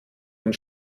uns